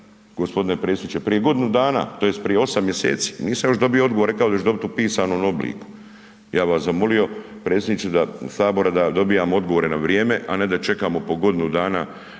gospodine predsjedniče, prije godinu dana tj. prije 8 mjeseci, nisam još dobio odgovor, rekao da ću dobit u pisanom obliku. Ja bi vas zamolio predsjedniče sabora da dobijamo odgovore na vrijeme, a ne da čekamo po godinu dana